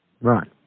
right